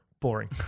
boring